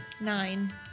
Nine